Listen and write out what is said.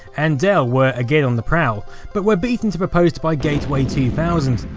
and dell were again on the prowl but were beaten to the post by gateway two thousand,